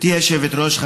גברתי היושבת-ראש,